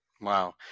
wow